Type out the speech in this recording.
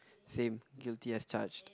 same guilty as charged